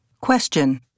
Question